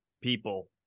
people